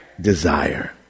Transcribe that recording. Desire